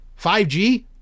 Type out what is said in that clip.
5G